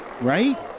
Right